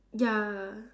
ya